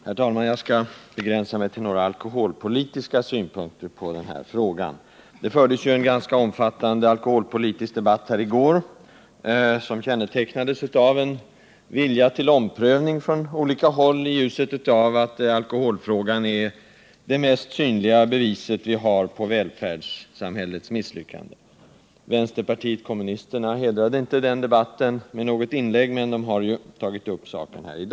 Herr talman! Jag skall begränsa mig till några alkoholpolitiska synpunkter på den här frågan. Det fördes en ganska omfattande alkoholpolitisk debatt här i går, som kännetecknades av en vilja till omprövning på olika håll, i ljuset av att alkoholfrågan är det mest synliga bevis vi har på välfärdssamhällets misslyckande. Vänsterpartiet kommunisterna hedrade inte den debatten med något inlägg men har ju tagit upp saken i dag.